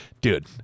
Dude